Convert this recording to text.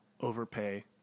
overpay